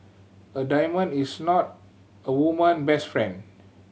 a diamond is not a woman best friend